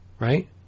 Right